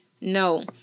no